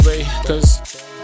Cause